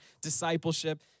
discipleship